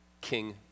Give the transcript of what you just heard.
King